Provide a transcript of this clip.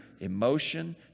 emotion